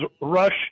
rush